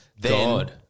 God